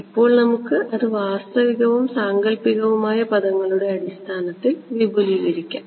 ഇപ്പോൾ നമുക്ക് അത് വാസ്തവികവും സാങ്കൽപ്പികവുമായ പദങ്ങളുടെ അടിസ്ഥാനത്തിൽ വിപുലീകരിക്കാം